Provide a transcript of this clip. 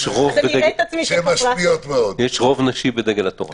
יש רוב נשי בדגל התורה.